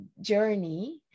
journey